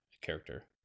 character